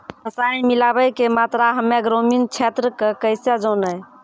रसायन मिलाबै के मात्रा हम्मे ग्रामीण क्षेत्रक कैसे जानै?